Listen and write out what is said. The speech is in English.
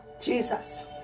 Jesus